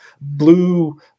blue